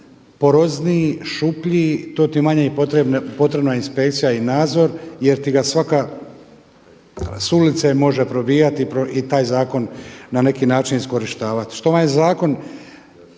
porozniji, šupljiji to ti je manje potrebna inspekcija i nadzor jer ga svako s ulice može probijati i taj zakon na neki način iskorištavati.